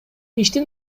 иштин